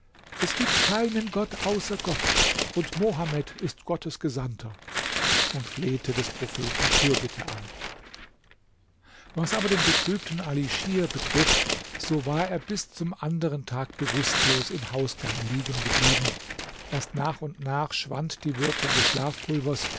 es gibt keinen gott außer gott und mohammed ist gottes gesandter und flehte des propheten fürbitte an was aber den betrübten ali schir betrifft so war er bis zum anderen tag bewußtlos im hausgang liegen geblieben erst nach und nach schwand die wirkung des schlafpulvers